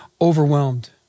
overwhelmed